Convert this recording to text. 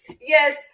Yes